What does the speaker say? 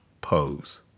pose